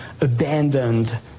abandoned